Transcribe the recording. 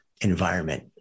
environment